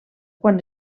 quan